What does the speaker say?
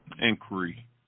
inquiry